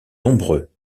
nombreux